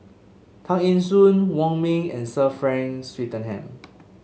Tay Eng Soon Wong Ming and Sir Frank Swettenham